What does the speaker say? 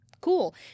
cool